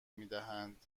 میدهند